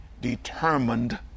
determined